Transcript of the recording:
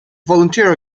volunteer